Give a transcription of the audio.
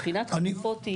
מבחינת חלופות,